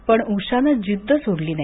पण उषानं जिद्द सोडली नाही